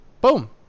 Boom